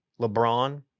lebron